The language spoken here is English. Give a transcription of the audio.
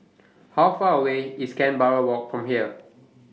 How Far away IS Canberra Walk from here